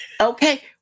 Okay